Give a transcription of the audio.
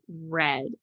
red